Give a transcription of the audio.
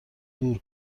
دور